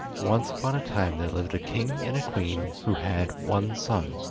once upon a time there lived a king and a queen who had one son.